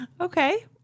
Okay